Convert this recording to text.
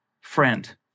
friend